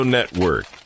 Network